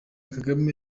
kagame